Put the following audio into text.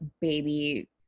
baby